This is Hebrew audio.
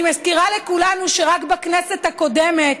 אני מזכירה לכולנו שרק בכנסת הקודמת